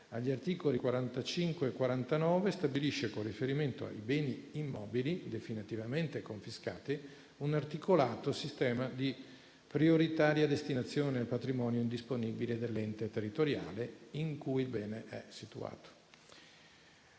agli articoli 45 e 49, stabilisce - con riferimento ai beni immobili definitivamente confiscati - un articolato sistema di prioritaria destinazione al patrimonio indisponibile dell'ente territoriale in cui il bene è situato.